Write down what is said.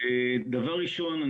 דבר ראשון,